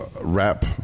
rap